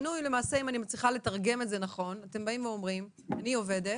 אם אני מצליחה לתרגם את זה נכון, אם אני עובדת